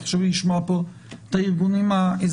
חשוב לי לשמוע פה את הארגונים האזרחיים.